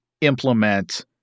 implement